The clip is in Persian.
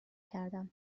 کردم